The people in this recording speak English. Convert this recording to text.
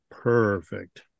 perfect